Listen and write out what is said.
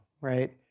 right